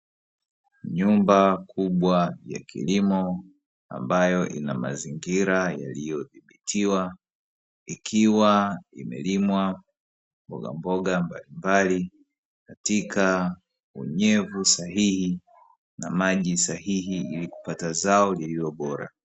Nyumba kubwa ya kilimo ambayo ina mazingira yaliyodhibitiwa, ikiwa imelimwa mbogamboga mbalimbali katika unyevu sahihi na maji sahihi ili kupata zao lililobora.